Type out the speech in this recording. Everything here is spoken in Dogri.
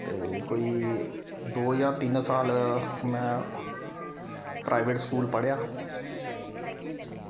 ते कोई दो जां तिन्न साल में प्राईवेट स्कूल पढ़ेआ